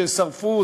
ששרפו,